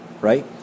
right